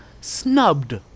snubbed